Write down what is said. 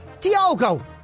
Diogo